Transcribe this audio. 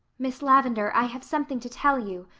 miss lavendar, i have something to tell you.